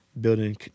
Building